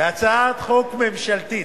בהצעת חוק ממשלתית,